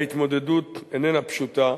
ההתמודדות איננה פשוטה,